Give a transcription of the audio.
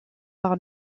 par